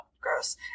Gross